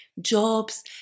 jobs